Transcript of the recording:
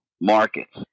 markets